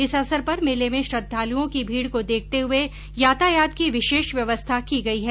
इस अवसर पर मेले में श्रद्धालुओं की भीड को देखते हुए यातायात की विशेष व्यवस्था की गई है